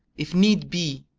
if need be.